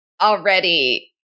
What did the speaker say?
already